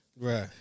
Right